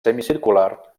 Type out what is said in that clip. semicircular